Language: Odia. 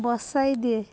ବସାଇଦିଏ